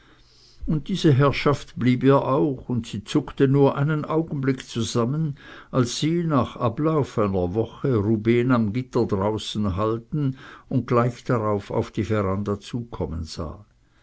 und diese herrschaft blieb ihr auch und sie zuckte nur einen augenblick zusammen als sie nach ablauf einer woche rubehn am gitter draußen halten und gleich darauf auf die veranda zukommen sah